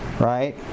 right